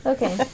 Okay